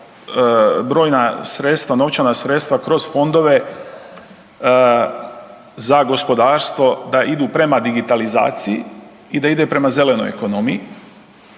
brojna sredstva, novčana sredstva kroz fondove za gospodarstvo da idu prema digitalizaciji i da ide prema zelenoj ekonomiji.